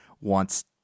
wants